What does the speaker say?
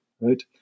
right